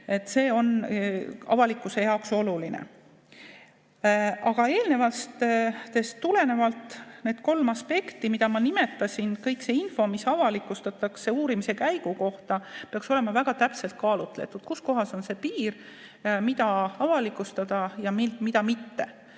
See on avalikkuse jaoks oluline. Eelnevast tulenevad need kolm aspekti, mida ma nimetasin. Kogu selle info puhul, mis avalikustatakse uurimise käigu kohta, peaks olema väga täpselt kaalutletud, kus kohas on see piir, mida avalikustada ja mida mitte.